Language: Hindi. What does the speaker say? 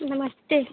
जी नमस्ते